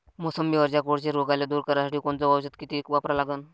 मोसंबीवरच्या कोळशी रोगाले दूर करासाठी कोनचं औषध किती वापरा लागन?